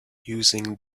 using